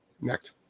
Next